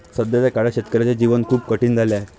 सध्याच्या काळात शेतकऱ्याचे जीवन खूप कठीण झाले आहे